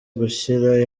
gushyira